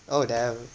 oh damn